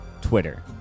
twitter